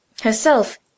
herself